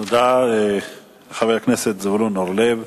תודה, חבר הכנסת זבולון אורלב,